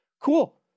Cool